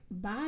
Bye